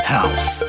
House